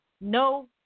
no